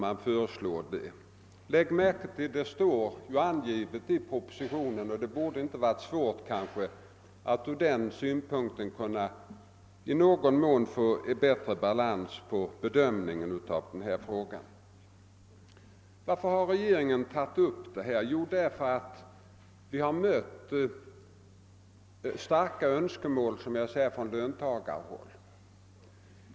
Om herr Ringaby lägger märke till vad som står i propositionen bör det inte vara svårt för honom att få en mer balanserad bedömning av denna fråga. Varför har regeringen tagit upp denna fråga? Anledningen är att vi har, som jag sade, mött starka önskemål från löntagarhåll.